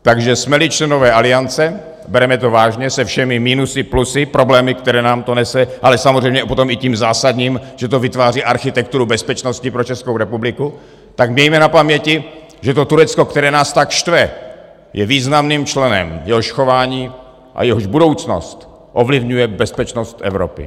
Takže jsmeli členy Aliance, bereme to vážně se všemi minusy, plusy, problémy, které nám to nese, ale samozřejmě potom s tím zásadním, že to vytváří architekturu bezpečnosti pro Českou republiku, tak mějme na paměti, že to Turecko, které nás tak štve, je významným členem, jehož chování a jehož budoucnost ovlivňuje bezpečnost Evropy.